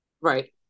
right